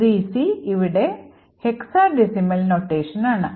3C ഇവിടെ hexadecimal notation ആണ്